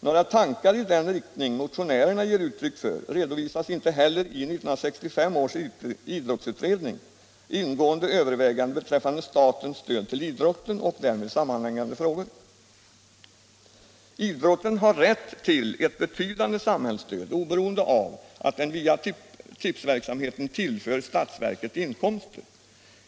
Några tankar i den riktning motionärerna ger uttryck för redovisas inte heller i 1965 års idrottsutrednings ingående överväganden beträffande statens stöd till idrotten och därmed sammanhängande frågor. Idrotten har rätt till ett betydande samhällsstöd oberoende av att den via tipsverksamheten tillför statsverket inkomster.